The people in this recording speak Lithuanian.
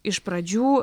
iš pradžių